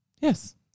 Yes